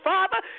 Father